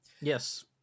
yes